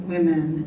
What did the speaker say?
Women